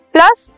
Plus